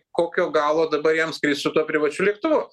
kokio galo dabar jam skrist su tuo privačiu lėktuvu